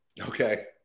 Okay